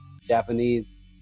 Japanese